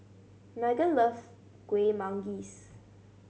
Meghan loves Kuih Manggis